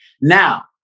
Now